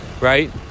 right